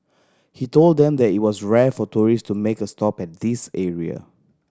he told them that it was rare for tourist to make a stop at this area